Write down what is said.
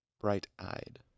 Bright-Eyed